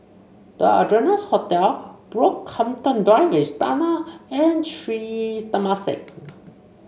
The Ardennes Hotel Brockhampton Drive Istana and Sri Temasek